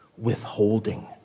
withholding